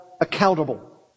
accountable